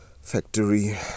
factory